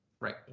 Right